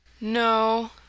No